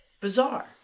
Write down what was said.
bizarre